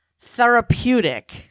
therapeutic